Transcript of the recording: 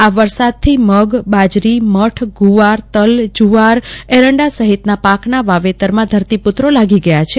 આ વરસાદથી મગ બાજરી મઠ ગુવાર તલ જુવાર એરંડા સહિતના પાકના વાવેતરમાં ધરતીપુત્રો લાગી ગયા છે